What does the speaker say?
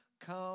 come